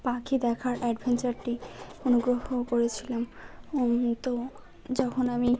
পাখি দেখার অ্যাডভেঞ্চারটি অনুগ্রহ করেছিলাম তো যখন আমি